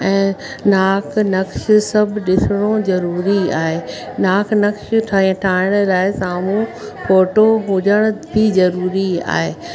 ऐं नाक नक सभु ॾिसिणो ज़रूरी आहे नाक नक्श ठहे ठाहिण लाइ साम्हूं फ़ोटो हुजण ई ज़रूरी आहे